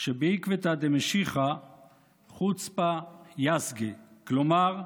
"בעקבתא דמשיחא חוצפא יסגא", כלומר,